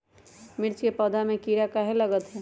मिर्च के पौधा में किरा कहे लगतहै?